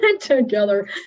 Together